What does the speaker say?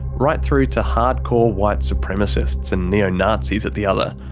right through to hardcore white supremacists and neo-nazis at the other.